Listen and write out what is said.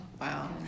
Wow